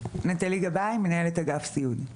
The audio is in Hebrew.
שלום, אני מנהלת אגף סיעוד.